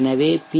எனவே பி